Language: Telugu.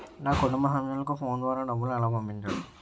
నా కుటుంబ సభ్యులకు ఫోన్ ద్వారా డబ్బులు ఎలా పంపించాలి?